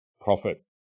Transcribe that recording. profit